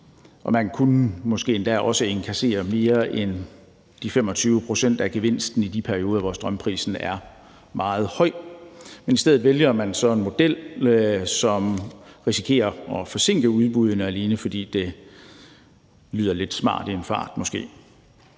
Man kunne måske endda også indkassere mere end de 25 pct. af gevinsten i de perioder, hvor strømprisen er meget høj, men i stedet vælger man så en model, som risikerer at forsinke udbuddene, alene fordi det lyder lidt smart i en fart måske.